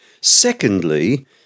Secondly